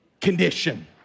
condition